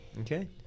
Okay